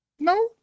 No